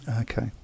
Okay